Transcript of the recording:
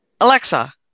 Alexa